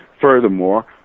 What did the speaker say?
Furthermore